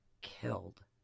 killed